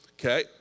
Okay